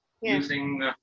using